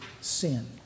sin